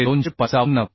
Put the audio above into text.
तर ते 255